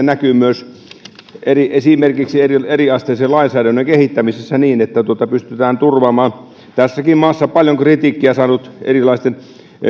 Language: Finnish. näkyy myös esimerkiksi eriasteisen lainsäädännön kehittämisessä niin että pystytään turvaamaan tässäkin maassa paljon kritiikkiä saanut erilaisten